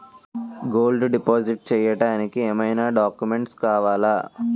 Gold deposit చేయడానికి ఏమైనా documents కావాలా?